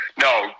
no